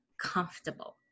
comfortable